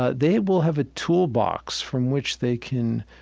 ah they will have a toolbox from which they can